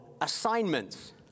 assignments